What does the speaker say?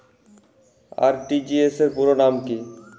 RTGS পুরো নাম কি?